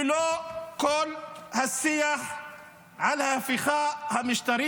ללא כל השיח על ההפיכה המשטרית